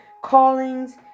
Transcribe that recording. callings